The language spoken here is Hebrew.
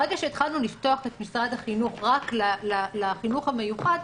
ברגע שהתחלנו לפתוח את משרד החינוך רק לחינוך המיוחד,